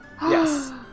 Yes